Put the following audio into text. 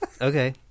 Okay